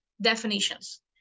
definitions